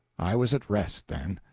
i was at rest then.